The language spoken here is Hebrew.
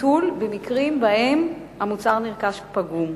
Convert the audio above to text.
ביטול במקרים שבהם המוצר הנרכש הוא פגום,